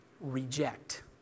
reject